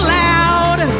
loud